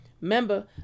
Remember